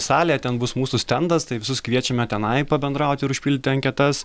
salė ten bus mūsų stendas tai visus kviečiame tenai pabendrauti ir užpildyti anketas